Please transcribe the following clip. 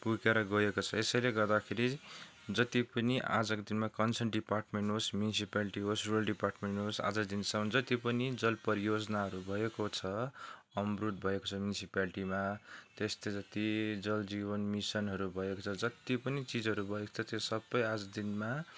पुगेर गएको छ यसैले गर्दाखेरि जति पनि आजको दिनमा कन्सर्न डिपार्टमेन्ट होस् म्युनिसिपालिटी होस् रोयल डिपार्टमेन्ट होस् आजको दिनसम्म जति पनि जल परियोजनाहरू भएको छ होम रुट भएको छ म्युनिसिपालिटीमा त्यस्तै जति जल जीवन मिसनहरू भएको छ जति पनि चिजहरू भएको छ त्यो सबै आजको दिनमा